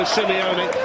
Simeone